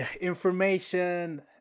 information